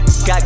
Got